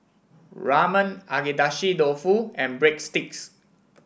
Ramen Agedashi Dofu and Breadsticks